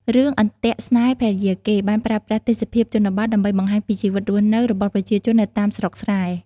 រឿង អន្ទាក់ស្នេហ៍ភរិយាគេ បានប្រើប្រាស់ទេសភាពជនបទដើម្បីបង្ហាញពីជីវិតរស់នៅរបស់ប្រជាជននៅតាមស្រុកស្រែ។